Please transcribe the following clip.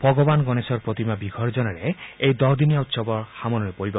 ভগৱান গণেশৰ প্ৰতিমা বিসৰ্জনেৰে এই দহদিনীয়া উৎসৱৰ সামৰণি পৰিব